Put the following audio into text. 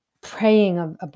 praying